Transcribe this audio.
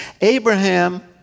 Abraham